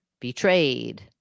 Betrayed